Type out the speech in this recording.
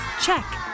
Check